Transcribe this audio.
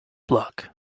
block